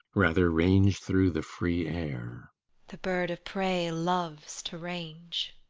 rather range through the free air the bird of prey loves to range